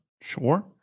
Sure